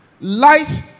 Light